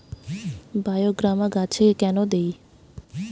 বায়োগ্রামা গাছে কেন দেয়?